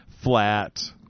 flat